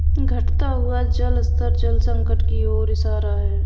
घटता हुआ जल स्तर जल संकट की ओर इशारा है